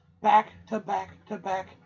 Back-to-back-to-back